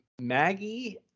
Maggie